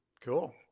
Cool